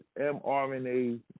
mRNA